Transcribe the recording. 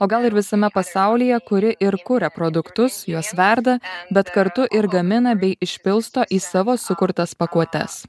o gal ir visame pasaulyje kuri ir kuria produktus juos verda bet kartu ir gamina bei išpilsto į savo sukurtas pakuotes